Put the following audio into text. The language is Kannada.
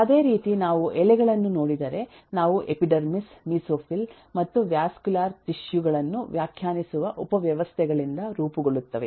ಅದೇ ರೀತಿ ನಾವು ಎಲೆಗಳನ್ನು ನೋಡಿದರೆ ಅವು ಎಪಿಡರ್ಮಿಸ್ ಮೆಸೊಫಿಲ್ ಮತ್ತು ವಾಸ್ಕ್ಯುಲರ್ ಟಿಶ್ಯೂ ಗಳನ್ನು ವ್ಯಾಖ್ಯಾನಿಸುವ ಉಪವ್ಯವಸ್ಥೆಗಳಿಂದ ರೂಪುಗೊಳ್ಳುತ್ತವೆ